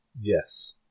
Yes